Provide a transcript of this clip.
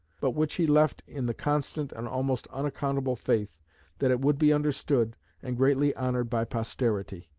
but which he left in the constant and almost unaccountable faith that it would be understood and greatly honoured by posterity.